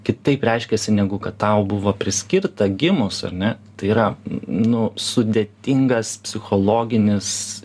kitaip reiškiasi negu kad tau buvo priskirta gimus ar ne tai yra nu sudėtingas psichologinis